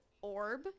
orb